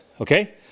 okay